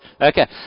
Okay